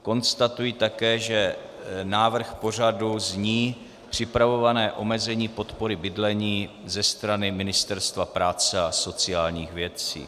Konstatuji také, že návrh pořadu zní: Připravované omezení podpory bydlení ze strany Ministerstva práce a sociálních věcí.